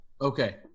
Okay